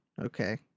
Okay